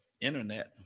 internet